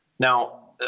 Now